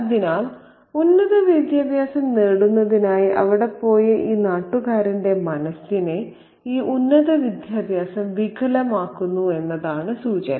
അതിനാൽ ഉന്നതവിദ്യാഭ്യാസം നേടുന്നതിനായി അവിടെ പോയ ഈ നാട്ടുകാരന്റെ മനസ്സിനെ ഈ ഉന്നത വിദ്യാഭ്യാസം വികലമാക്കുന്നു എന്നാണ് സൂചന